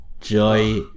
Joy